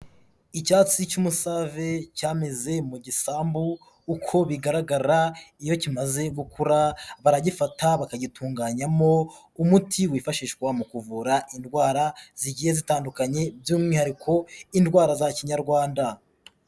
Icyatsi cy'umusave cyameze mu gisambu uko bigaragara iyo kimaze gukura baragifata bakagitunganyamo umuti wifashishwa mu kuvura indwara zigiye zitandukanye by'umwihariko indwara za kinyarwanda.